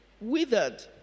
withered